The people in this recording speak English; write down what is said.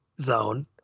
Zone